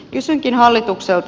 kysynkin hallitukselta